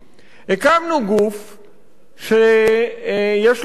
הקמנו גוף שיש לו קיום,